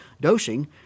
dosing